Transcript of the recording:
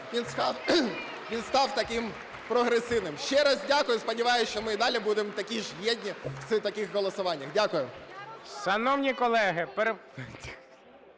він став таким прогресивним. Ще раз дякую, і сподіваюсь, що ми і далі будемо такі ж єдні в таких голосуваннях. Дякую.